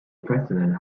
president